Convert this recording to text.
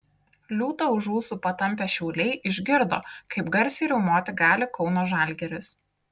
liūtą už ūsų patampę šiauliai išgirdo kaip garsiai riaumoti gali kauno žalgiris